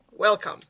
Welcome